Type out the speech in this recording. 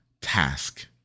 task